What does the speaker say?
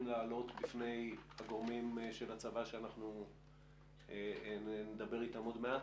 להעלות בפני הגורמים של הצבא שעוד מעט נדבר אתם?